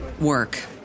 work